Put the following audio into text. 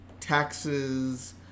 Taxes